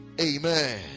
Amen